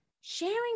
sharing